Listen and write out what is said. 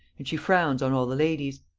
and she frowns on all the ladies.